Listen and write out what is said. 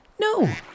No